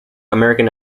american